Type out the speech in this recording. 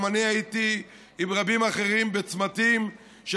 גם אני הייתי עם רבים אחרים בצמתים של